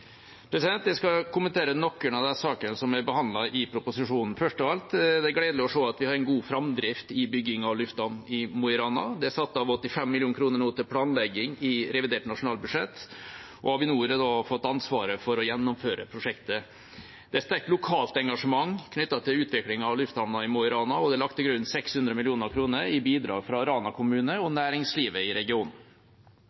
Jeg skal kommentere noen av de sakene som er behandlet i proposisjonen. Først av alt er det gledelig å se at vi har en god framdrift i byggingen av lufthavnen i Mo i Rana. Det er nå satt av 85 mill. kr til planlegging i revidert nasjonalbudsjett, og Avinor har fått ansvaret for å gjennomføre prosjektet. Det er et sterkt lokalt engasjement knyttet til utviklingen av lufthavnen i Mo i Rana, og det er lagt til grunn 600 mill. kr i bidrag fra Rana kommune og næringslivet i regionen. Komiteen slutter seg til framdriftsplanen og